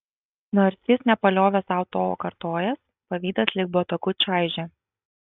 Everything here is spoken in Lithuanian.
nors jis nepaliovė sau to kartojęs pavydas lyg botagu čaižė